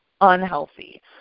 unhealthy